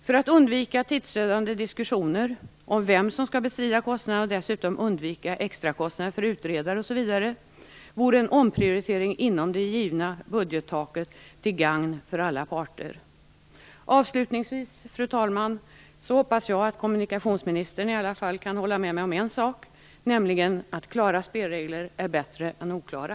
För att undvika tidsödande diskussioner om vem som skall bestrida kostnaderna och dessutom undvika extrakostnader för utredare osv. vore en omprioritering inom det givna budgetramarna till gagn för alla parter. Avslutningsvis, fru talman, hoppas jag att kommunikationsministern i alla fall kan hålla med mig om en sak, nämligen att klara spelregler är bättre än oklara.